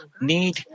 need